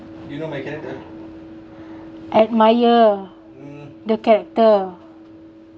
admire the character